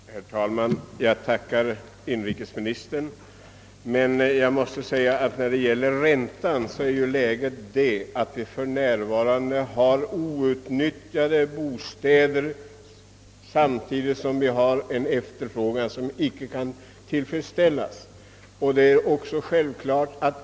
Herr talman! Jag tackar inrikesministern för de besked han lämnat. Men när det gäller räntan är ju läget det att det finns outnyttjade bostäder samtidigt som vi har en efterfrågan på bostäder som inte kan tillfredsställas.